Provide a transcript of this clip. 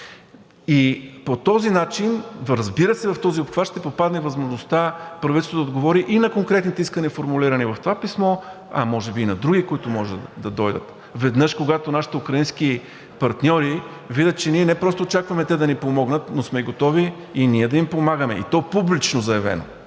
И по този начин, разбира се, в този обхват ще попадне възможността правителството да отговори и на конкретните искания, формулирани в това писмо, а може би и на други, които може да дойдат. Веднъж, когато нашите украински партньори видят, че ние не просто очакваме те да ни помогнат, но сме готови и ние да им помагаме, и то публично заявено,